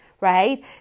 right